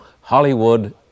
Hollywood